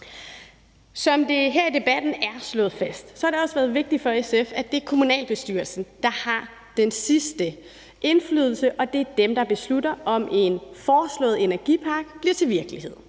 Som det her i debatten er slået fast, har det også været vigtigt for SF, at det er kommunalbestyrelsen, der har den sidste indflydelse, og at det er dem, der beslutter, om en foreslået energipark bliver til virkelighed.